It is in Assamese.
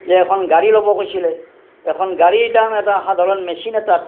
যে এখন গাড়ী ল'ব কৈছিলে এখন গাড়ীৰ দাম এখন সাধাৰণ মেচিন এটাত